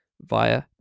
via